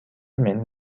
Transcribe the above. менин